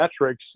metrics